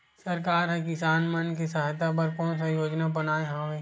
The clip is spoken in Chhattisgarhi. सरकार हा किसान मन के सहायता बर कोन सा योजना बनाए हवाये?